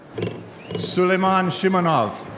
suleyman shimunov.